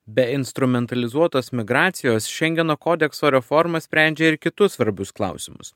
be instrumentalizuotos migracijos šengeno kodekso reforma sprendžia ir kitus svarbius klausimus